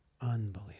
unbelievable